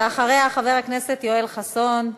ואחריה, חבר הכנסת יואל חסון.